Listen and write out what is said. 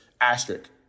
asterisk